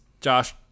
Josh